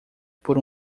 por